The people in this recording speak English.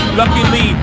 luckily